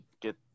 get